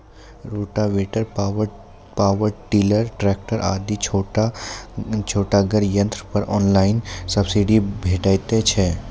Rotavator, power tiller, tractor आदि छोटगर यंत्र पर ऑनलाइन सब्सिडी भेटैत छै?